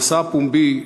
המסע הפומבי,